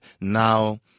now